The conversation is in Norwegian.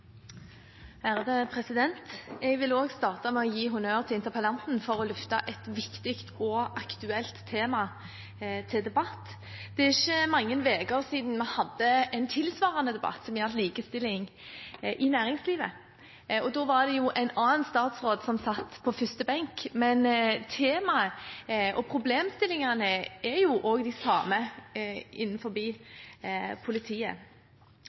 Jeg vil også starte med å gi honnør til interpellanten for å løfte et viktig og aktuelt tema til debatt. Det er ikke mange uker siden vi hadde en tilsvarende debatt, som gjaldt likestilling i næringslivet. Da var det en annen statsråd som satt på første benk, men temaet og problemstillingene er de samme innenfor politiet.